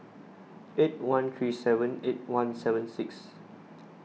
eight one three seven eight one seven six